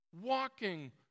walking